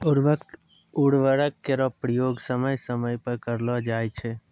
उर्वरक केरो प्रयोग समय समय पर करलो जाय छै